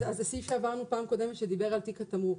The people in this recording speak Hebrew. אז הסעיף שעברנו פעם קודמת שדיבר על תיק התמרוק,